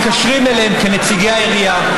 מתקשרים אליהם כנציגי העירייה,